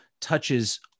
touches